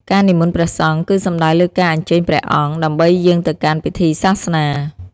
ការនិមន្តព្រះសង្ឃ គឺសំដៅលើការអញ្ជើញព្រះអង្គ ដើម្បីយាងទៅកាន់ពិធីសាសនា។